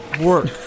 work